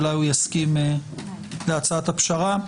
אולי הוא יסכים להצעת הפשרה.